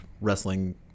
wrestling